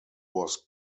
was